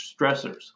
stressors